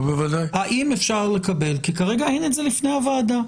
האם אפשר לקבל, כי כרגע אין את זה לפני הוועדה,